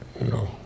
No